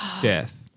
death